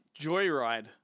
Joyride